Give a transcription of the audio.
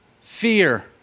fear